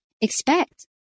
expect